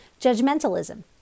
judgmentalism